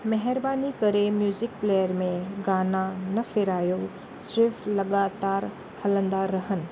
महिरबानी करे music player में गाना न फेरायो सिर्फ़ु लाॻातारि हलंदा रहनि